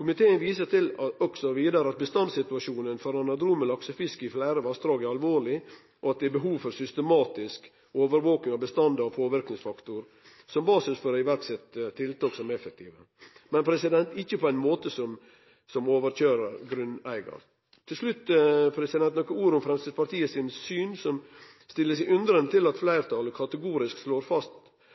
Komiteen viser vidare til at bestandssituasjonen for anadrome laksefisk i fleire vassdrag er alvorleg, og at det er behov for systematisk overvaking av bestandar og påverknadsfaktorar som basis for å iverksetje tiltak som er effektive, men ikkje på en slik måte at ein overkøyrer grunneigarar. Til slutt nokre ord om Framstegspartiets syn. Framstegspartiet stiller seg undrande til at fleirtalet kategorisk slår fast